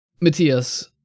Matthias